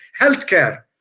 Healthcare